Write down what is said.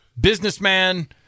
businessman